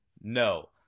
No